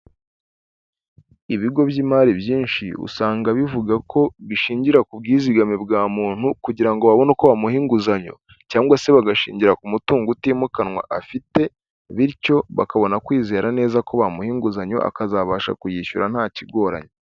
Ibigo by'imari byinshi usanga bivuga ko bishingira ku bwizigame bwa muntu kugira ngo babone uko bamuha inguzanyo, cyangwa se bagashingira ku mutungo utimukanwa afite bityo bakabona kwizera neza ko bamuha inguzanyo akazabasha kuyishyura nta kigoranye.